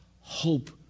hope